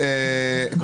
היושב-ראש,